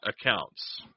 accounts